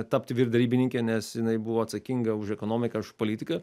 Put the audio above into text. tapti vyr derybininke nes jinai buvo atsakinga už ekonomiką ir už politiką